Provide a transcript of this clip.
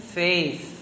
faith